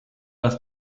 das